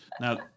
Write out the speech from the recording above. Now